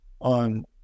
on